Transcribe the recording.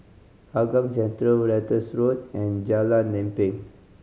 Hougang Central Ratus Road and Jalan Lempeng